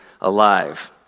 alive